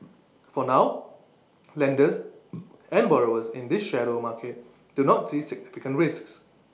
for now lenders and borrowers in this shadow market do not see significant risks